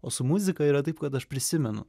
o su muzika yra taip kad aš prisimenu